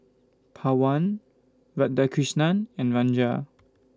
Pawan Radhakrishnan and Ranga